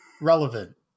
relevant